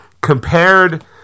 compared